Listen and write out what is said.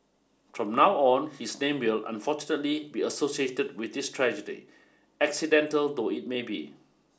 from now on his name will unfortunately be associated with this tragedy accidental though it may be